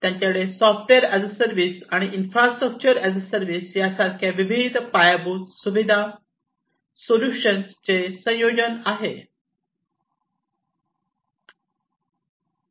त्यांच्याकडे software as a service आणि infrastructure as a service यासारख्या विविध पायाभूत सुविधा सोल्यूशन्सचे संयोजन आहे